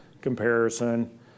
comparison